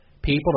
People